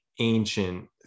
ancient